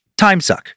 timesuck